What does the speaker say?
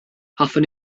hoffwn